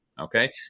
okay